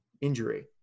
injury